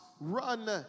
run